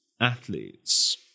athletes